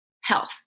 health